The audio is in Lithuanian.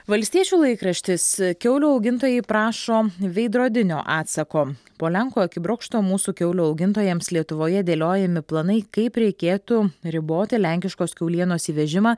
valstiečių laikraštis kiaulių augintojai prašo veidrodinio atsako po lenkų akibrokšto mūsų kiaulių augintojams lietuvoje dėliojami planai kaip reikėtų riboti lenkiškos kiaulienos įvežimą